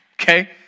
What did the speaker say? Okay